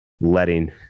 letting